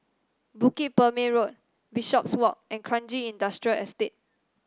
Bukit Purmei Road Bishopswalk and Kranji Industrial Estate